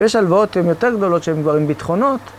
יש הלוואות הן יותר גדולות שהן כבר עם ביטחונות